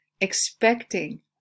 expecting